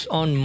on